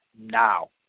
now